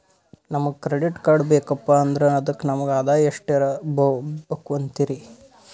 ನಮಗ credit card ಬೇಕಪ್ಪ ಅಂದ್ರ ಅದಕ್ಕ ನಮಗ ಆದಾಯ ಎಷ್ಟಿರಬಕು ಅಂತೀರಿ?